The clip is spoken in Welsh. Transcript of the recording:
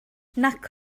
nac